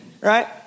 right